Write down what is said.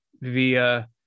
via